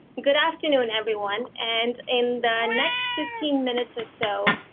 ah good afternoon, everyone. and in the next fifteen minutes or so,